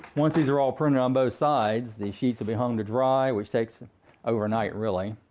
once these are all printed on both sides, the sheets would be hung to dry, which takes overnight, really.